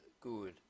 good